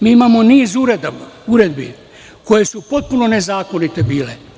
Mi imamo niz uredbi koje su potpuno nezakonite bile.